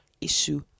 issue